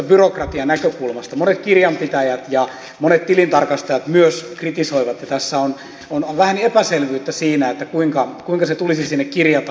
monet kirjanpitäjät ja monet tilintarkastajat myös kritisoivat ja tässä on vähän epäselvyyttä siinä kuinka se tulisi sinne kirjata